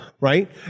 right